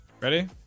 Ready